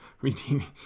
redeeming